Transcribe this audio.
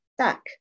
stuck